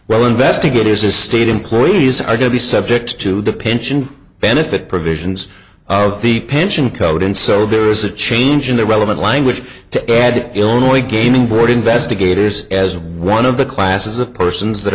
well investigators the state employees are going to be subject to the pension benefit provisions of the pension code and so there is a change in the relevant language to add illinois gaming board investigators as one of the classes of persons that